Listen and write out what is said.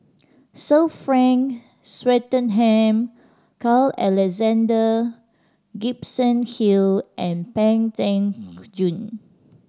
Sir Frank Swettenham Carl Alexander Gibson Hill and Pang Teck Joon